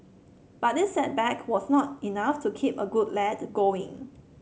but this setback was not enough to keep a good lad going